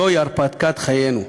זוהי הרפתקת חיינו.